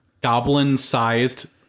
goblin-sized